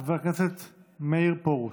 חבר הכנסת מאיר פרוש,